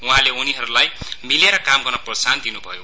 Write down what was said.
उहाँले उनीहरूलाई मिलेर काम गर्न प्रोत्साहन दिन्भयो